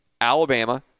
Alabama